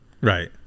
Right